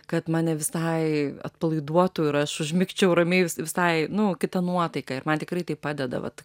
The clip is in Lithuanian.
kad mane visai atpalaiduotų ir aš užmigčiau ramiai visai nu kita nuotaika ir man tikrai tai padeda vat